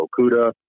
Okuda